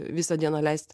visą dieną leist